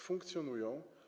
Funkcjonują.